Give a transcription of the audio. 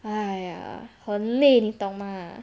!haiya! 很累你懂吗